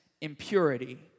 impurity